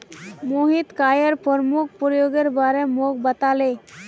Mohit coir प्रमुख प्रयोगेर बारे मोक बताले